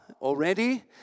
already